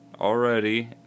already